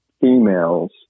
females